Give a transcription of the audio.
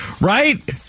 right